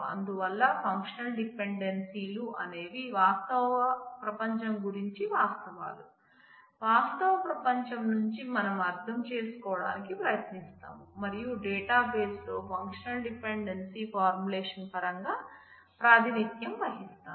అందువల్ల ఫంక్షనల్ డిపెండెన్సీలు అనేవి వాస్తవ ప్రపంచం గురించి వాస్తవాలు వాస్తవ ప్రపంచం నుంచి మనం అర్థం చేసుకోవడానికి ప్రయత్నిస్తాం మరియు డేటాబేస్ లో ఫంక్షనల్ డిపెండెన్సీ ఫార్ములేషన్ పరంగా ప్రాతినిధ్యం వహిస్తాం